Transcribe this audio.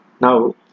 Now